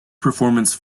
performance